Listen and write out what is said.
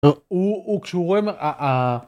‫הוא כשהוא רואה...